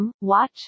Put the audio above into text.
Watch